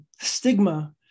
stigma